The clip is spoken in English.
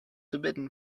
forbidden